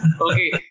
Okay